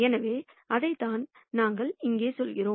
எனவே அதைத்தான் நாங்கள் இங்கே சொல்கிறோம்